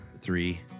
three